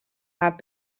have